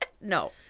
No